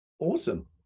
Awesome